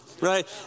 right